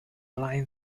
lion